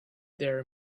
their